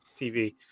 TV